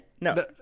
no